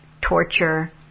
torture